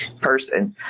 person